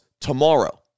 tomorrow